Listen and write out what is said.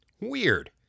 Weird